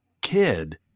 kid